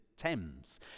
Thames